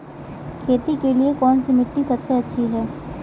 खेती के लिए कौन सी मिट्टी सबसे अच्छी है?